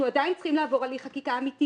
אנחנו עדיין צריכים לעבור הליך חקיקה אמיתי